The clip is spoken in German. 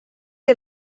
ihr